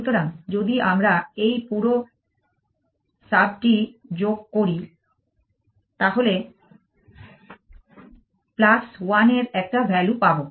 সুতরাং যদি আমরা এই পুরো সাব টি যোগ করি তাহলে 1 এর একটা ভ্যালু পাব